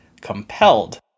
compelled